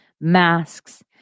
masks